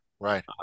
Right